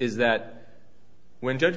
is that when judge